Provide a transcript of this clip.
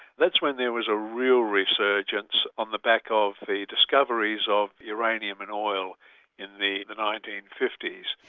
that's when there was a real resurgence on the back of the discoveries of uranium and oil in the the nineteen fifty s.